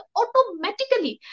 automatically